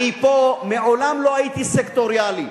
אני מעולם לא הייתי פה סקטוריאלי.